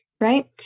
right